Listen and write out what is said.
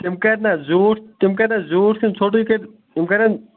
تِم کَرِنا زیوٗٹھ تِم کَرِنا زیوٗٹھ کِنہٕ ژھوٚٹٕے کَر تِم کَرَن